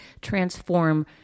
transform